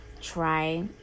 try